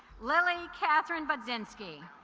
lilly catherine basinski